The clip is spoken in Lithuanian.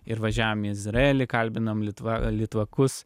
ir važiavom į izraelį kalbinam litvakų litvakus